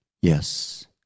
Yes